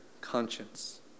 conscience